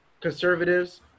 conservatives